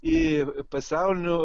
į pasaulinio